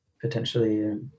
potentially